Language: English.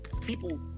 people